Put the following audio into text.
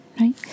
right